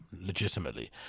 legitimately